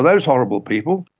those horrible people,